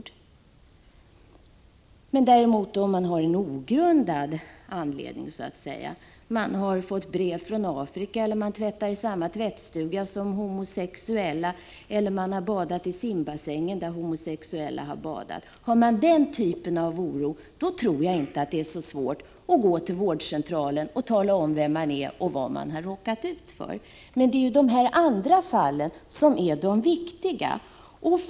Om man däremot har en så att säga ogrundad oro — man har fått brev från Afrika, tvättar i samma tvättstuga som homosexuella eller har badat i simbassänger där homosexuella har badat — är det nog inte så svårt att gå till vårdcentralen och tala om vem man är och vad man har råkat ut för. Men det är de andra fallen som är de viktiga.